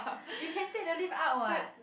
you can take the lift up what